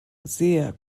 sehr